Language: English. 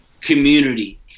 community